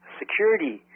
security